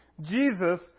Jesus